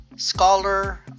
Scholar